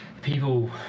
people